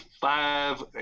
five